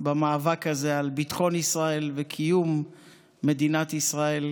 במאבק הזה על ביטחון ישראל וקיום מדינת ישראל